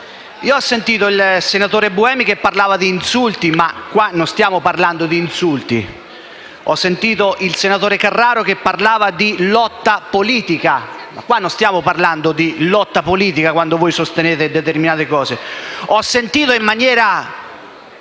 Ho sentito il senatore Buemi parlare di insulti, ma qui non stiamo parlando di insulti. Ho sentito il senatore Carraro parlare di lotta politica, ma qui nessuno parla di lotta politica quando voi sostenete determinate cose. Ho sentito - e